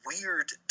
weird